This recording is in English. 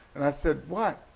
and i said what?